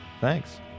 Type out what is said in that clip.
Thanks